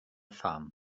pham